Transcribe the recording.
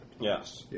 Yes